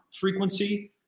frequency